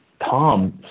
Tom